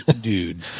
dude